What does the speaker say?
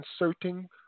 inserting